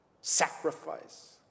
sacrifice